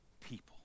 people